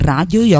Radio